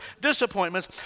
disappointments